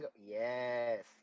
Yes